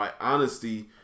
honesty